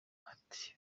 ati